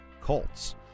COLTS